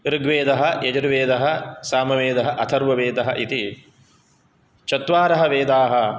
ऋग्वेदः यजुर्वेदः सामवेदः अथर्ववेदः इति चत्वारः वेदाः